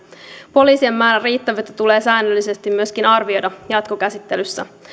poliisien määrän riittävyyttä tulee säännöllisesti myöskin arvioida jatkokäsittelyssä